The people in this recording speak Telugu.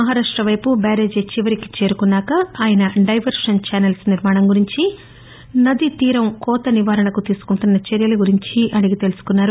మహారాష్టవైపు బ్యారేజ్ చివరకి చేరుకున్నాక ఆయన డైవర్వన్ చానెల్స్ నిర్మాణం గురించి నది తీరం కోత నివారణకు తీసుకుంటున్న చర్యల గురించి అడిగి తెలుసుకున్నారు